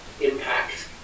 impact